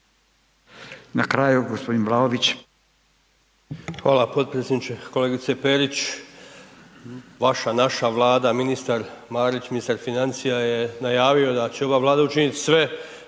na kraju gospodin Ivica